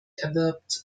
erwirbt